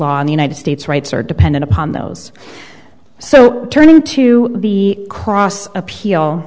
law in the united states rights are dependent upon those so turning to the cross appeal